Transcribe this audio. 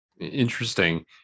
Interesting